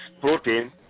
protein